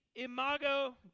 imago